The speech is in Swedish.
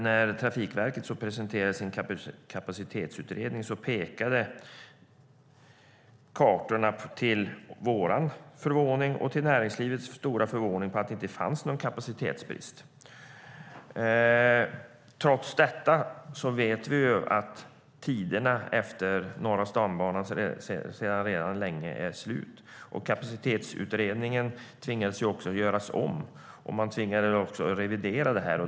När Trafikverket presenterade sin kapacitetsutredning pekade kartorna - till vår förvåning och till näringslivets stora förvåning - på att det inte fanns någon kapacitetsbrist. Trots detta vet vi att tiderna utefter Norra stambanan sedan länge är slut. Man tvingades också göra om kapacitetsutredningen, och man tvingades göra en revidering.